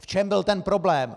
V čem byl ten problém?